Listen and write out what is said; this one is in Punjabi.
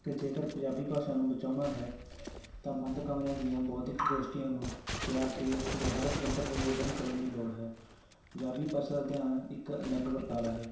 ਕਿ ਜੇਕਰ ਪੰਜਾਬੀ ਭਾਸ਼ਾ ਨੂੰ ਬਚਾਉਣਾ ਹੈ ਤਾਂ ਬੰਦ ਕਮਰਿਆਂ ਦੀਆਂ ਬੌਧਿਕ ਗੋਸ਼ਟੀਆਂ ਨੂੰ ਤਿਆਗ ਕੇ ਵਿਹਾਰਕ ਪੱਧਰ 'ਤੇ ਯਤਨ ਕਰਨ ਦੀ ਲੋੜ ਹੈ ਪੰਜਾਬੀ ਭਾਸ਼ਾ ਦਾ ਧਿਆਨ ਇੱਕ ਅਲੱਗ ਵਰਤਾਰਾ ਹੈ